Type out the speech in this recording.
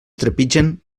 trepitgen